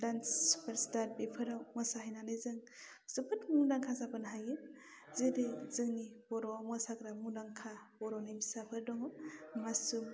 dance master बेफोराव मोसाहैनानै जों जोबोद मुंदांखा जाबोनो हायो जुदि जोंनि बर'आव मोसाग्रा मुंदांखा बर'नि फिसाफोर दङ मासुम